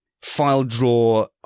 file-draw